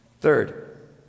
Third